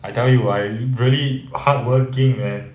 I tell you I really hardworking at